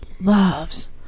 loves